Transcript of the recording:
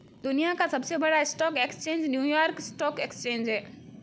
दुनिया का सबसे बड़ा stock exchange New York stock exchange है